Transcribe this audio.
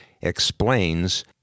explains